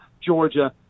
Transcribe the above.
Georgia